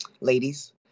ladies